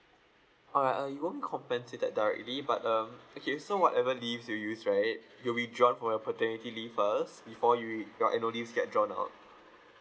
all right uh it won't compensate that directly but um okay so whatever leaves you use right you withdraw for your paternity leave first before you your annual leaves got drawn out